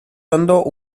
hondo